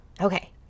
Okay